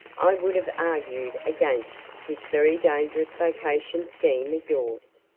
i would have argued against this very dangerous vacation scheme of yours.